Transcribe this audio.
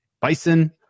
bison